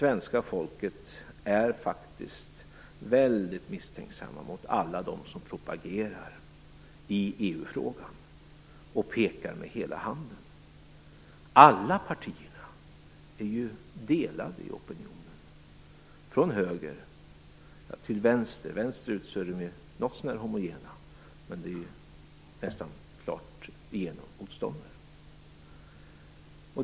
Svenska folket är faktiskt väldigt misstänksamt mot alla som propagerar i EU-frågan och pekar med hela handen. Alla partier är ju delade i opinionen, från höger till vänster. Vänsterut är de kanske något så när homogena, men då handlar det nästan rakt igenom om motståndare.